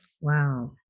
wow